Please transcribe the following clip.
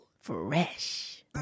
Fresh